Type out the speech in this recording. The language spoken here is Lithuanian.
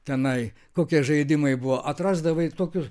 tenai kokie žaidimai buvo atrasdavai tokius